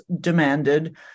demanded